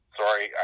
sorry